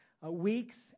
weeks